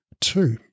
Two